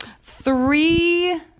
three